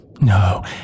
No